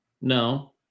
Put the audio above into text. No